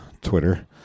Twitter